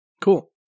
Cool